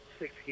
six